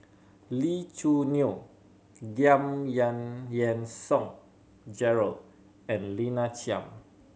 Lee Choo Neo Giam Yang Yean Song Gerald and Lina Chiam